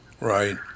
Right